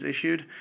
issued